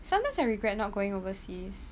sometimes I regret not going overseas